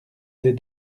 des